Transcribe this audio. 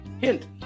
Hint